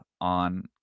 on